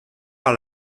par